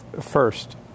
First